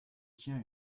tient